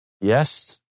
Yes